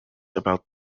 about